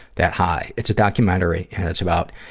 that high. it's a documentary, it's about,